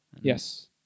Yes